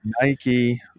Nike